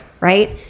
Right